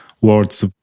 words